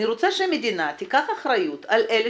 אני רוצה שהמדינה תיקח אחריות על אלה